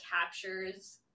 captures